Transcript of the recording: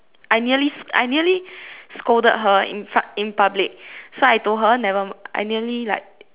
I nearly I nearly scolded her in front in public so I told her never I nearly like